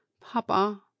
Papa